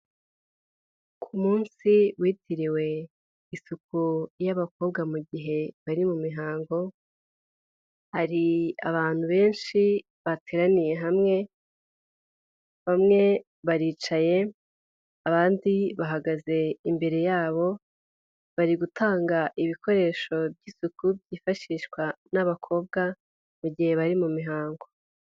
Ku munsi witiriwe isuku y'abakobwa mu gihe bari mu mihango, hari abantu benshi bateraniye hamwe, bamwe baricaye, abandi bahagaze imbere yabo, bari gutanga ibikoresho by'isuku byifashishwa n'abakobwa mu gihe bari mu mihango.